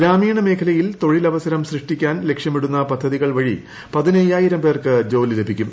ഗ്രാമീണ മേഖലയിൽ തൊഴിലവസരം സൃഷ്ടിക്കാൻ ലക്ഷ്യമിടുന്ന പദ്ധതികൾ വഴി പതിനയ്യായിരം പേർക്ക് ജോലി ലഭിക്കും